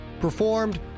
Performed